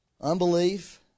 Unbelief